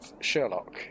Sherlock